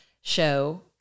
show